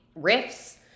riffs